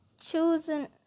chosen